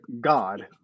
God